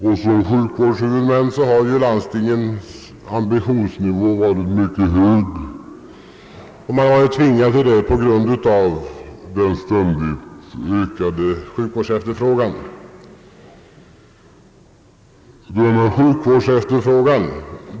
Landstingens ambitionsnivå i deras egenskap av sjukvårdshuvudmän har varit mycket hög. De har varit tvingade därtill på grund av den ständigt ökade sjukvårdsefterfrågan.